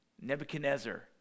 Nebuchadnezzar